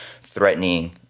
threatening